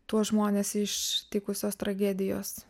tuos žmones ištikusios tragedijos